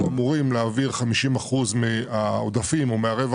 אנחנו אמורים להעביר 50% מהעודפים או מהרווח